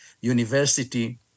University